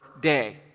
day